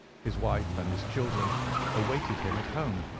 his wife and his children awaited him at home,